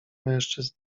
mężczyzn